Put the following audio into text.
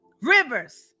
Rivers